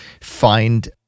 find